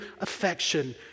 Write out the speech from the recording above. affection